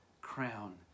crown